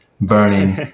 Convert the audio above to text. burning